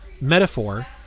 metaphor